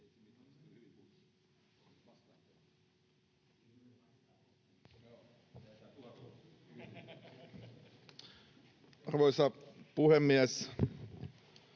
Arvoisa puhemies!